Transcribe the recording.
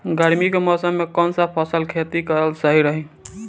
गर्मी के मौषम मे कौन सा फसल के खेती करल सही रही?